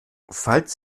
falls